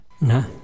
No